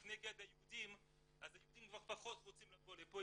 נגד היהודים אז היהודים כבר פחות רוצים לבוא לפה.